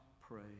pray